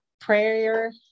prayer